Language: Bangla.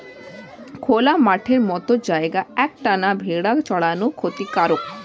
খোলা মাঠের মত জায়গায় এক টানা ভেড়া চরানো ক্ষতিকারক